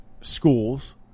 schools